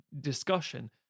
discussion